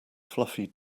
fluffy